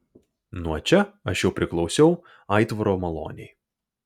nuo čia aš jau priklausiau aitvaro malonei